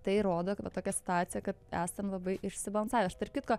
tai rodo va tokia situacija kad esam labai išsibalansavę aš tarp kitko